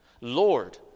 Lord